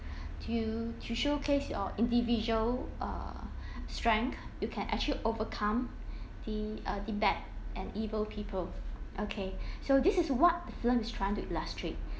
to to showcase your individual uh strength you can actually overcome the uh the bad and evil people okay so this is what the film is trying to illustrate